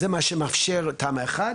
זה מה שמאפשר לתמ"א1,